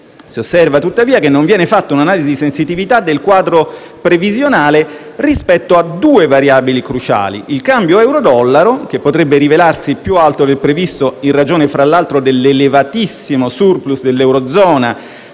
Si osserva tuttavia che non viene fatta un'analisi di sensitività del quadro previsionale rispetto a due variabili cruciali: il cambio euro-dollaro, che potrebbe rivelarsi più alto del previsto in ragione fra l'altro dell'elevatissimo *surplus* dell'Eurozona